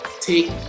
take